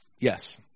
Yes